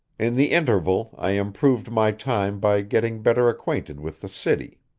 in the interval i improved my time by getting better acquainted with the city.